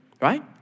right